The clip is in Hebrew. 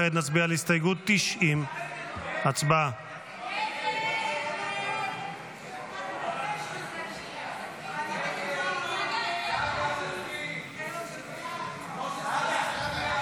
כעת נצביע על הסתייגות 90. הצבעה.